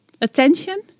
attention